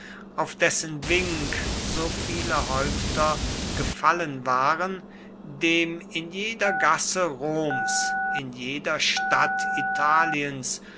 auf dessen wink so viele häupter gefallen waren dem in jeder gasse roms in jeder stadt italiens